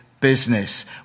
business